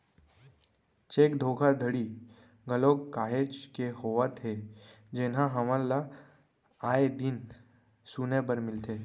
cheque धोखाघड़ी घलोक काहेच के होवत हे जेनहा हमन ल आय दिन सुने बर मिलथे